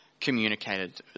communicated